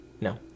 No